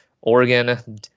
Oregon